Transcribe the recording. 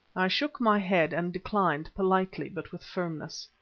i shook my head and declined, politely but with firmness.